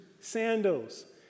sandals